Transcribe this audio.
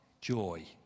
joy